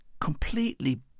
completely